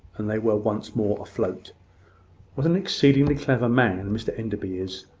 and they were once more afloat what an exceedingly clever man mr enderby is!